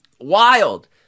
wild